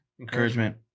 encouragement